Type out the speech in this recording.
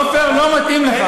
עפר, לא מתאים לך.